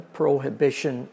prohibition